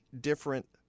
different